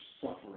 suffering